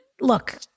look